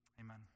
amen